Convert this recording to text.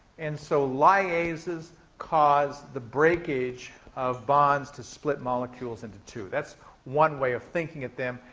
and so lyases cause the breakage of bonds to split molecules into two. that's one way of thinking of them,